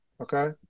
okay